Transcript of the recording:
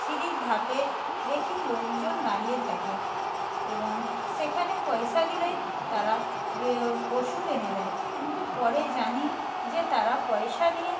সিঁড়ির ধাপে দেখি লোকজন দাঁড়িয়ে থাকে এবং সেখানে পয়সা দিলেই তারা বে ওষুধ এনে দেয় কিন্তু পরে জানি যে তারা পয়সা নিয়ে